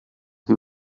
who